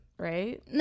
Right